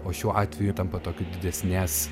o šiuo atveju tampa tokiu didesnės